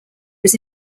was